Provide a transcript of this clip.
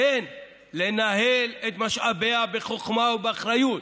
לנהל את משאביה בחוכמה ובאחריות.